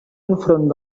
enfront